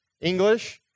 English